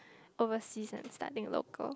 overseas and studying local